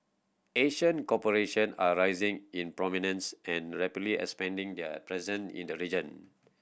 Asian corporation are rising in prominence and rapidly expanding their presence in the region